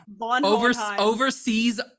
overseas